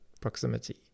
proximity